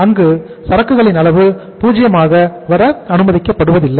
அங்கும் சரக்குகளின் அளவு 0 ஆக வர அனுமதிக்கப்படுவதில்லை